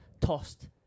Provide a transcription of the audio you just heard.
tossed